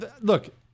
look